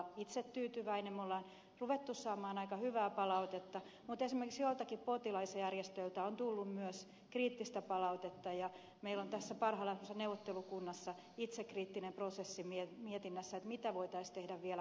me olemme ruvenneet saamaan aika hyvää palautetta mutta esimerkiksi joiltakin potilasjärjestöiltä on tullut myös kriittistä palautetta ja meillä on tässä parhaillaan semmoisessa neuvottelukunnassa itsekriittinen prosessi mietinnässä mitä voitaisiin tehdä vielä